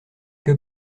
que